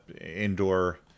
indoor